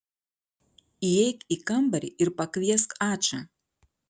įeik į kambarį ir pakviesk ačą